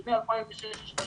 כמו אגרת רישוי